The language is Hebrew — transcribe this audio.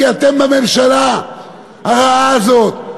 כי אתם בממשלה הרעה הזאת,